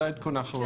זה העדכון האחרון.